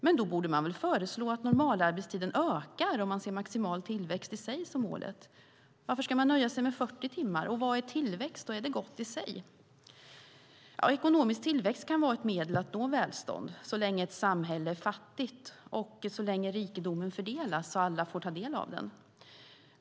Men då borde man väl föreslå att normalarbetstiden ska öka, om man ser maximal tillväxt i sig som målet. Varför ska man nöja sig med 40 timmar? Och vad är tillväxt? Är det gott i sig? Ja, ekonomisk tillväxt kan vara ett medel för att nå välstånd så länge ett samhälle är fattigt och så länge rikedomen fördelas så att alla får ta del av den.